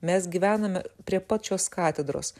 mes gyvename prie pat šios katedros